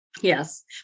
Yes